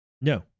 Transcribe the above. No